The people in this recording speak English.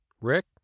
Rick